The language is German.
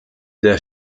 der